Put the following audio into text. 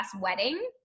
wedding